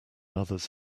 others